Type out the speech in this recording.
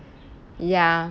ya